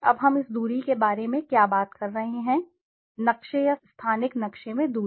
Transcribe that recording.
अब हम इस दूरी के बारे में क्या बात कर रहे हैं नक्शे या स्थानिक नक्शे में दूरी